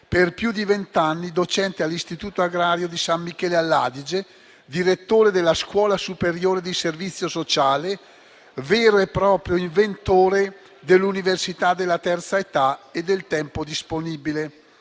Per più di vent'anni è stato docente all'Istituto agrario di San Michele all'Adige, direttore della Scuola superiore di servizio sociale, vero e proprio inventore dell'Università della terza età e del tempo disponibile.